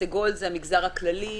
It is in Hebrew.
בסגול זה המגזר הכללי,